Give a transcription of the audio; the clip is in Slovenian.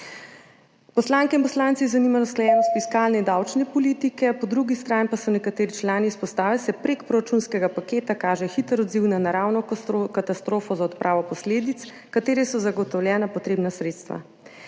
Poslanke in poslance je zanimala usklajenost fiskalne in davčne politike, po drugi strani pa so nekateri člani izpostavili, da se prek proračunskega paketa kaže hiter odziv na naravno katastrofo, za odpravo posledic, ki so ji zagotovljena potrebna sredstva.